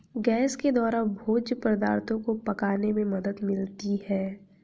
gas के द्वारा भोज्य पदार्थो को पकाने में मदद मिलती है